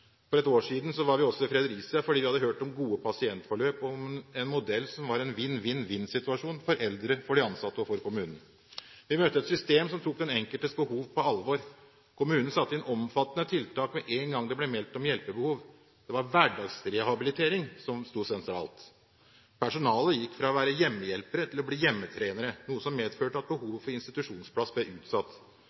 møtte et system som tok den enkeltes behov på alvor. Kommunen satte inn omfattende tiltak med en gang det ble meldt om hjelpebehov. Hverdagsrehabilitering sto sentralt. Personalet gikk fra å være hjemmehjelpere til å bli hjemmetrenere, noe som medførte at behovet for institusjonsplass ble utsatt.